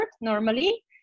normally